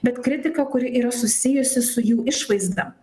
bet kritika kuri yra susijusi su jų išvaizda